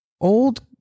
old